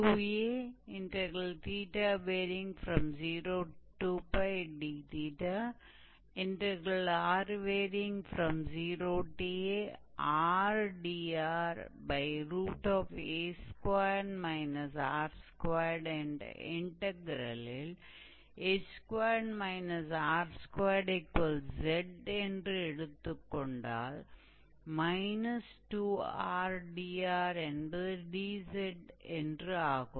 2a02dr0ardra2 r2 என்ற இன்டக்ரெலில் 𝑎2−𝑟2𝑧 என்று எடுத்துக் கொண்டால் −2𝑟𝑑𝑟 என்பது 𝑑𝑧 என்று ஆகும்